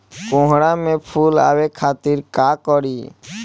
कोहड़ा में फुल आवे खातिर का करी?